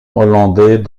hollandais